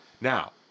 Now